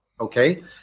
okay